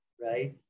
right